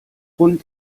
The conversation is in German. und